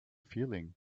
feeling